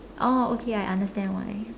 oh okay I understand why